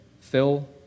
Phil